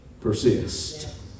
persist